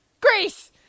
Greece